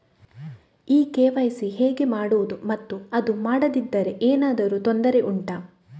ಈ ಕೆ.ವೈ.ಸಿ ಹೇಗೆ ಮಾಡುವುದು ಮತ್ತು ಅದು ಮಾಡದಿದ್ದರೆ ಏನಾದರೂ ತೊಂದರೆ ಉಂಟಾ